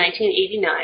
1989